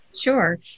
Sure